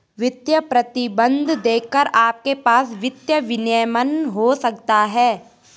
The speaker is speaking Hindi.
वित्तीय प्रतिबंध देखकर आपके पास वित्तीय विनियमन हो सकता है